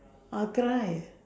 I'll cry